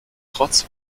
trotz